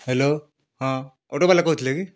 hello ହଁ ଅଟୋବାଲା କହୁଥିଲେ କି